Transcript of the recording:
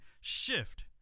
Shift